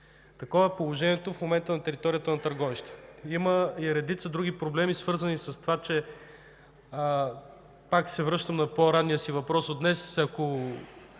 Такова е положението в момента на територията на Търговище. Има и редица други проблеми, свързани с това. Пак се връщам на по-ранния си въпрос от днес, че